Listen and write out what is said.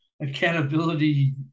accountability